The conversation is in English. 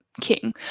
King